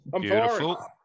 Beautiful